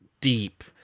Deep